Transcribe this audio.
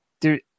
dude